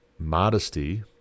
Modesty